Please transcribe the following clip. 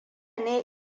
ne